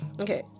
Okay